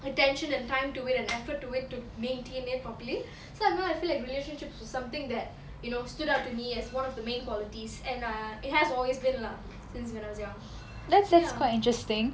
attention and time to make an effort to it to maintain it properly so now like I feel like relationships was something that you know stood out to me as one of the main qualities and err it has always been lah since when I was young ya